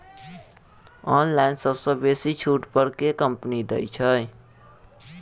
Online सबसँ बेसी छुट पर केँ कंपनी दइ छै?